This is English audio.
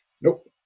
Nope